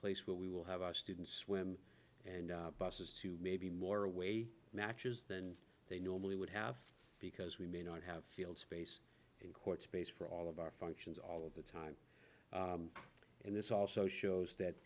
place where we will have our students swim and buses to maybe more away matches than they normally would have because we may not have field space in court space for all of our functions all of the time and this also shows that